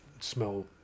smell